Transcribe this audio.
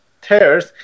tears